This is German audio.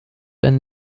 ein